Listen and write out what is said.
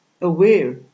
aware